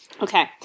Okay